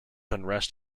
unrest